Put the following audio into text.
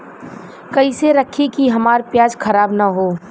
कइसे रखी कि हमार प्याज खराब न हो?